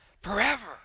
forever